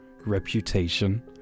reputation